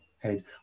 head